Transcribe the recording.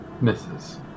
misses